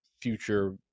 future